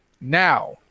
Now